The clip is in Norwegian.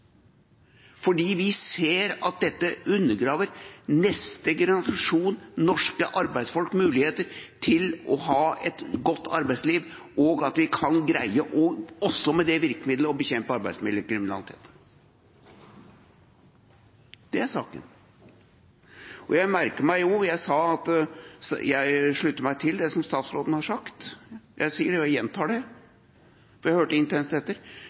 Vi ser at dette undergraver neste generasjon norske arbeidsfolks muligheter til å ha et godt arbeidsliv, og at vi kan greie, også med det virkemidlet, å bekjempe arbeidslivskriminalitet. Det er saken. Jeg merker meg, og jeg sa at jeg slutter meg til, det som statsråden har sagt. Jeg sier det, og jeg gjentar det, for jeg hørte intenst etter.